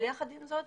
אבל יחד עם זאת,